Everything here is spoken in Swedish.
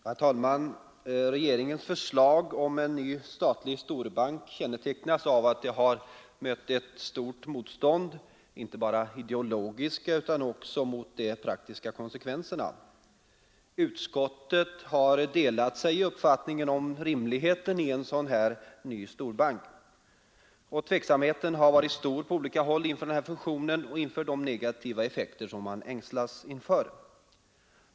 Herr talman! Regeringens förslag om en ny statlig storbank kännetecknas av att det har mött ett stort motstånd när det gäller inte bara de ideologiska utan också de praktiska konsekvenserna. Utskottet har delat sig i uppfattningen om rimligheten av en ny storbank. Tveksamheten har varit stor på olika håll inför denna fusion och de negativa effekter man ängslas för.